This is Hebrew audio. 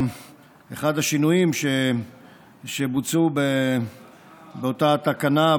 אחד השינויים שבוצעו באותה תקנה,